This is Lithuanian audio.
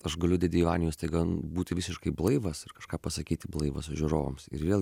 aš galiu dėdėje vanioje staiga būti visiškai blaivas ir kažką pasakyti blaivas žiūrovams ir vėl